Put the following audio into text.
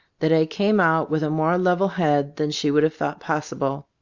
that i came out with a more level head than she would have thought possible.